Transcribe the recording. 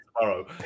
tomorrow